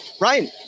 Ryan